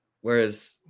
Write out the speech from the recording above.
Whereas